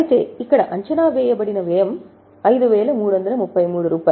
అయితే ఇక్కడ అంచనా వేయబడిన వ్యయం రూ